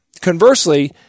conversely